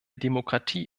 demokratie